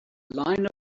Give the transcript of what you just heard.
line